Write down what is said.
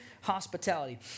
hospitality